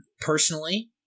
Personally